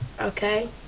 Okay